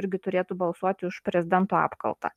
irgi turėtų balsuoti už prezidento apkaltą